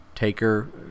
Taker